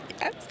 Yes